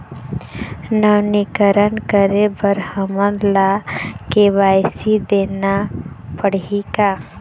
नवीनीकरण करे बर हमन ला के.वाई.सी देना पड़ही का?